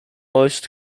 most